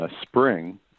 spring